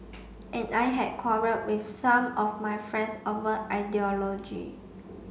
and I had quarrelled with some of my friends over ideology